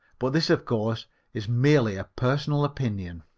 but this of course is merely a personal opinion.